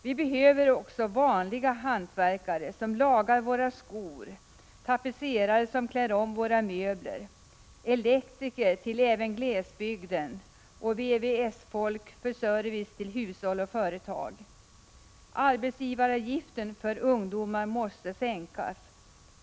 Vi behöver också vanliga hantverkare som lagar våra skor, tapetserare som klär om våra möbler, elektriker även till glesbygden och VVS-folk för service till hushåll och företag. Arbetsgivaravgiften för ungdomar måste sänkas.